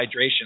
hydration